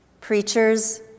Preachers